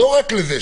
לא רק לזה,